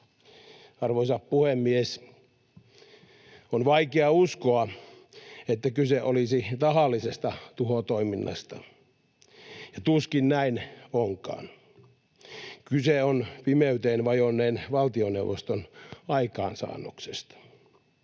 Arvoisa puhemies! On vaikea uskoa, että kyse olisi tahallisesta tuhotoiminnasta, ja tuskin näin onkaan. Kyse on pimeyteen vajonneen valtioneuvoston aikaansaannoksista,